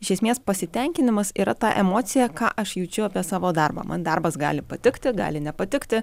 iš esmės pasitenkinimas yra ta emocija ką aš jaučiu apie savo darbą man darbas gali patikti gali nepatikti